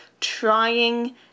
trying